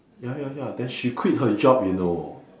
ya ya ya then she quit her job you know